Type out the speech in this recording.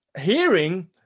hearing